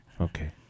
Okay